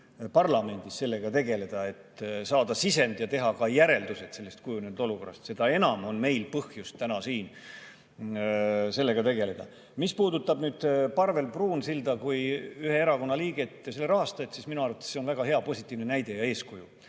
parlamendis sellega tegeleda, et saada sisend ja teha ka järeldused sellest kujunenud olukorrast. Seda enam on meil põhjust täna siin sellega tegeleda. Mis puudutab nüüd Parvel Pruunsilda kui ühe erakonna liiget ja selle rahastajat, siis tema on minu arvates väga hea ja positiivne näide ning eeskuju